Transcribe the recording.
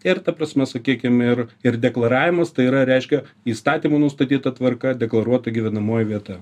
ir ta prasme sakykim ir ir deklaravimas tai yra reiškia įstatymų nustatyta tvarka deklaruota gyvenamoji vieta